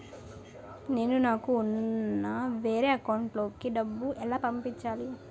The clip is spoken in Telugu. నేను నాకు ఉన్న వేరే అకౌంట్ లో కి డబ్బులు ఎలా పంపించాలి?